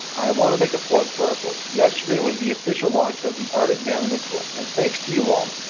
i want to make a plug for a book. yesterday was the official launch of the art of manliness book, and thanks to you all,